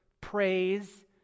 praise